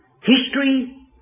History